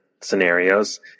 scenarios